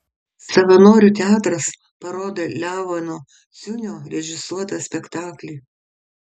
savanorių teatras parodė leono ciunio režisuotą spektaklį